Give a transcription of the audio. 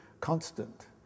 constant